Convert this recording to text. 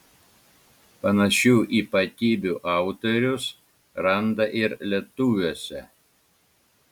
panašių ypatybių autorius randa ir lietuviuose